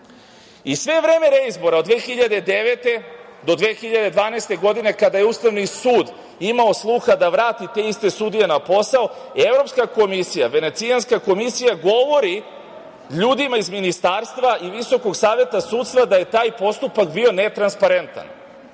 i sve vreme reizbora od 2009. do 2012. godine, kada je Ustavni sud imao sluha da vrati te iste sudije na posao, Evropska komisija, Venecijanska komisija govori ljudima iz Ministarstva i Visokog saveta sudstva da je taj postupak bio netransparentan.